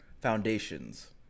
Foundations